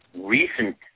recent